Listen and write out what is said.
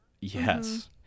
Yes